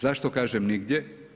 Zašto kažem nigdje?